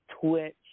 Twitch